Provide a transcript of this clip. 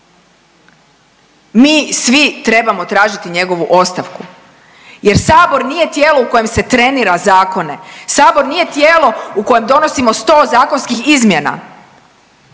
mi svi trebamo tražiti njegovu ostavku, jer Sabor nije tijelo u kojem se trenira zakone. Sabor nije tijelo u kojem donosimo sto zakonskih izmjena.